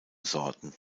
sorten